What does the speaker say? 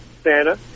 Santa